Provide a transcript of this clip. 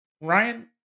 Ryan